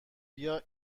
بیا